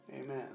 Amen